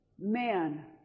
man